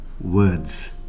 words